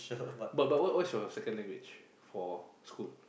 but but what's your second language for school